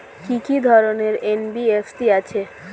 কি কি ধরনের এন.বি.এফ.সি আছে?